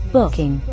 Booking